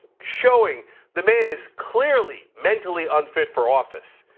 showing the man is clearly mentally unfit for office.